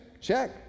check